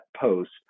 post